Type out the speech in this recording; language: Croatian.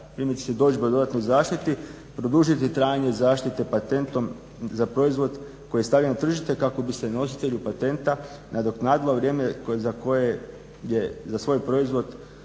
svjedodžbe o dodatnoj zaštiti produžiti trajanje zaštite patentom za proizvod koji je stavljen na tržište kako bi se nositelju patenta nadoknadilo vrijeme za koje je za